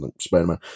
spider-man